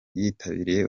yitabiriye